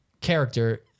character